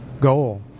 goal